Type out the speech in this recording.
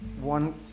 One